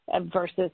versus